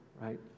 right